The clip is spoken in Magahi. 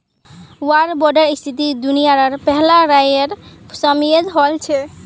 वार बांडेर स्थिति दुनियार पहला लड़ाईर समयेत हल छेक